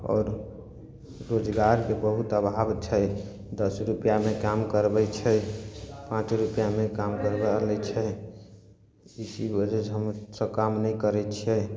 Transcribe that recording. आओर रोजगारके बहुत अभाव छै दस रुपैआमे काम करबै छै पाँच रुपैआमे काम करबा लै छै एहि वजह सऽ हम सब काम नहि करय छियै